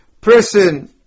person